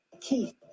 Keith